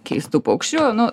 keistu paukščiu nu